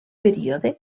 període